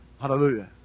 Hallelujah